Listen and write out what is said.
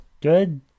good